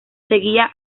seguía